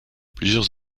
plusieurs